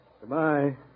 Goodbye